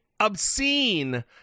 obscene